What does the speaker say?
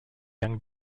young